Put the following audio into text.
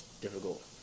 difficult